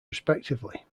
respectively